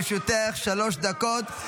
לרשותך שלוש דקות.